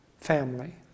family